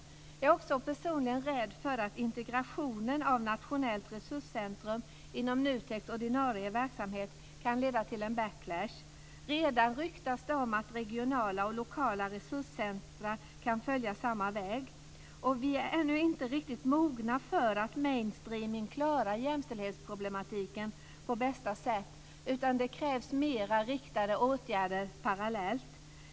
Jag är också personligen rädd för att integrationen av Nationellt resurscentrum inom NUTEK:s ordinarie verksamhet kan leda till en backlash. Redan ryktas om att regionala och lokala resurscentrum kan följa samma väg. Vi är inte ännu riktigt mogna för att med hjälp av mainstreaming klara jämställdhetsproblemen på bästa sätt. Riktade åtgärder krävs parallellt.